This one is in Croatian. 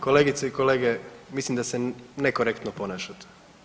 Kolegice i kolege, mislim da se nekorektno ponašate.